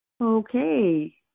Okay